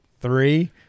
three